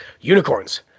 unicorns